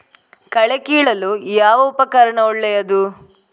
ಕಳೆ ಕೀಳಲು ಯಾವ ಉಪಕರಣ ಒಳ್ಳೆಯದು?